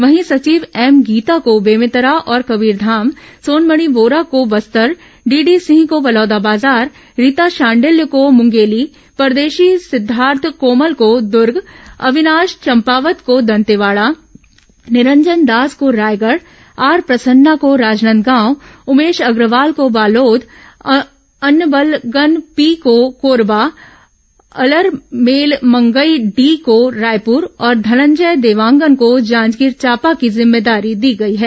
वहीं सचिव एम गीता को बेमेतरा और कबीरधाम सोनमणि बोरा को बस्तर डीडी सिंह को बलौदाबाजार रीता शांडिल्य को मुंगेली परदेशी सिद्दार्थ कोमल को दूर्ग अविनाश चंपावत को दंतेवाड़ा निरंजन दास को रायगढ़ आर प्रसन्ना को राजनांदगांव उमेश अग्रवाल को बालोद अन्बलगन पी को कोरबा अलरमेलमंगई डी को रायपुर और धनंजय देवांगन को जांजगीर चांपा की जिम्मेदारी दी गई है